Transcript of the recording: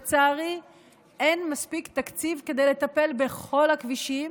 לצערי אין מספיק תקציב כדי לטפל בכל הכבישים,